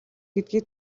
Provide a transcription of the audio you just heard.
гэдгийг